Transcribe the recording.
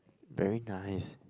very nice